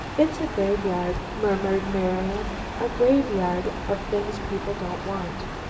it's a graveyard, murmured marian, a graveyard of things people don't want.